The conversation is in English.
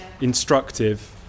instructive